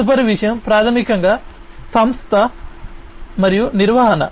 తదుపరి విషయం ప్రాథమికంగా సంస్థ మరియు నిర్వహణ